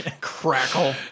Crackle